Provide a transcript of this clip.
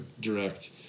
direct